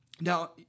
Now